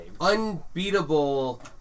unbeatable